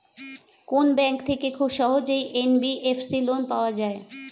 কোন ব্যাংক থেকে খুব সহজেই এন.বি.এফ.সি লোন পাওয়া যায়?